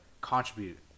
contribute